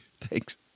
thanks